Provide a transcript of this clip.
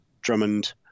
drummond